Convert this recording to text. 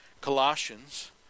Colossians